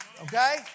okay